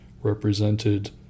represented